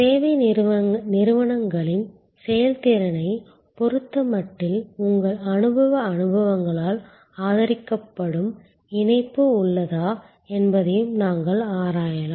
சேவை நிறுவனங்களின் செயல்திறனைப் பொறுத்தமட்டில் உங்கள் அனுபவ அனுபவங்களால் ஆதரிக்கப்படும் இணைப்பு உள்ளதா என்பதையும் நாங்கள் ஆராயலாம்